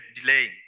delaying